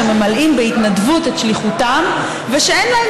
שממלאים בהתנדבות את שליחותם ושאין להם